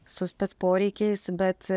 su spec poreikiais bet